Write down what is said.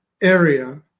area